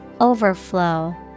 Overflow